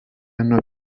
hanno